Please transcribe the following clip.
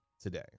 today